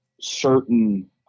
certain